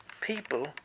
people